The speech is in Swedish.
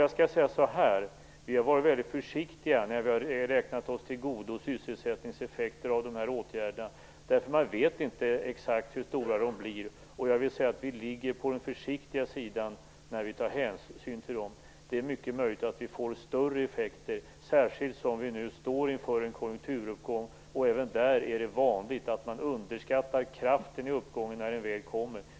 Då vill jag säga: Vi har varit väldigt försiktiga när vi har räknat oss till godo sysselsättningseffekter av de här åtgärderna, eftersom man inte vet exakt hur stora de blir. Jag vill säga att vi ligger på den försiktiga sidan när vi tar hänsyn till dem. Det är mycket möjligt att vi får större effekter, särskilt som vi nu står inför en konjunkturuppgång. Även där är det vanligt att man underskattar kraften i uppgången när den väl kommer.